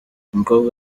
umukobwa